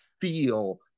feel